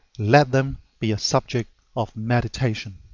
let them be a subject of meditation.